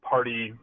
party